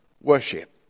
worship